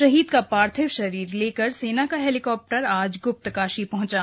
शहीद का पार्थिव शरीर लेकर सेना का हेलीकाप्टर आज ग्प्तकाशी पहंचा